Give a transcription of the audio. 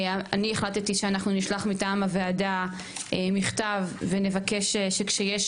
אני החלטתי שאנחנו נשלח מטעם הוועדה מכתב ונבקש שכשיש